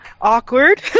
awkward